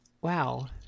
wow